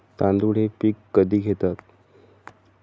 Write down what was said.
तांदूळ हे पीक कधी घेतात?